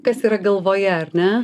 kas yra galvoje ar ne